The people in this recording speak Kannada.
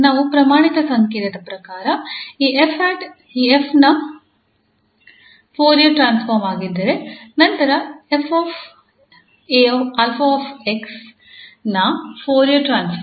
ನಮ್ಮ ಪ್ರಮಾಣಿತ ಸಂಕೇತದ ಪ್ರಕಾರ ಈ 𝑓̂ ಈ 𝑓̂ ನ ಫೋರಿಯರ್ ಟ್ರಾನ್ಸ್ಫಾರ್ಮ್ ಆಗಿದ್ದರೆ ನಂತರ 𝑓 𝑎𝑥 ನ ಫೋರಿಯರ್ ಟ್ರಾನ್ಸ್ಫಾರ್ಮ್